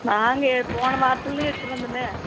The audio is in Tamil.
நாங்கள் எ போன வாரத்திலே எடுத்துன்னு வந்தேன்னே